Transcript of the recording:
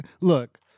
look